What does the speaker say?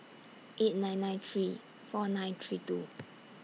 eight nine nine three four nine three two